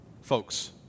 folks